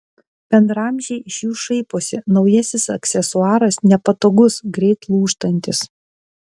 bendraamžiai iš jų šaiposi naujasis aksesuaras nepatogus greit lūžtantis